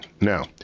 Now